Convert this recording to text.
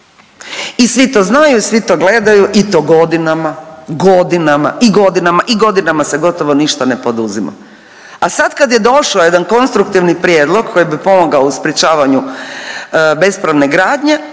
i svi to znaju i svi to gledaju i to godinama, godinama i godinama i godinama se gotovo ništa ne poduzima. A sad kad je došao jedan konstruktivni prijedlog koji bi pomogao u sprječavanju bespravne gradnje